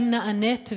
האם נענית?